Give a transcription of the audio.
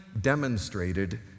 demonstrated